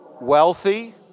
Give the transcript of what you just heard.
wealthy